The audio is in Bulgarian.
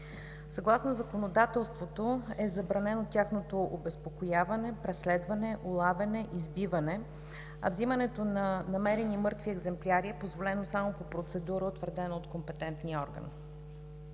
Съгласно законодателството е забранено тяхното обезпокояване, преследване, улавяне, избиване, а вземането на намерени мъртви екземпляри е позволено само по процедура, утвърдена от компетентния орган.